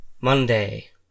Monday